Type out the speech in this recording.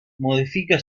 modifica